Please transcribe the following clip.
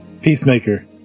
Peacemaker